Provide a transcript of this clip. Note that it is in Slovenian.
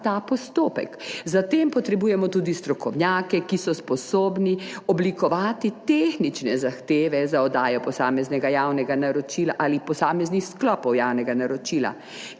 ta postopek. Zatem potrebujemo tudi strokovnjake, ki so sposobni oblikovati tehnične zahteve za oddajo posameznega javnega naročila ali posameznih sklopov javnega naročila